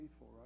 right